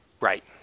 Right